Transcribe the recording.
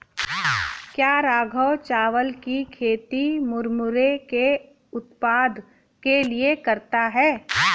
क्या राघव चावल की खेती मुरमुरे के उत्पाद के लिए करता है?